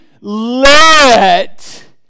let